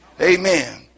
Amen